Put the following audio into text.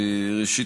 ראשית,